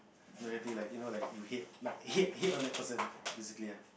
negative like you know like you hate like hate hate on that person